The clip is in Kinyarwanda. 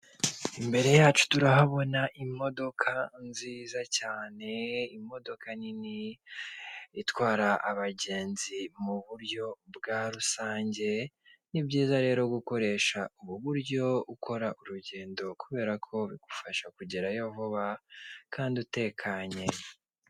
Imbere yacu turahabona imodoka nziza cyane, imodoka nini itwara abagenzi mu buryo bwa rusange, ni byiza rero gukoresha ubu buryo ukora urugendo, kubera ko bigufasha kugerayo vuba kandi utekanye.